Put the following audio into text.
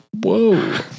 Whoa